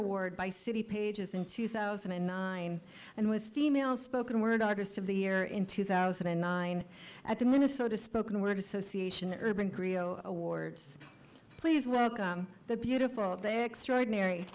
award by city pages in two thousand and nine and was female spoken word artist of the year in two thousand and nine at the minnesota spoken word association urban grio awards please welcome the beautiful day extraordinary